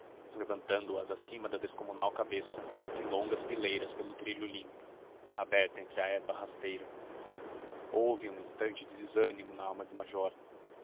terceiras levantando as acima da descomunal cabeça em longas fileiras pelo trilho limpo aberto entre a erva rasteira houve um instante de desânimo na alma do major